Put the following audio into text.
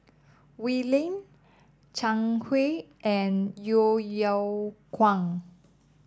Wee Lin Zhang Hui and Yeo Yeow Kwang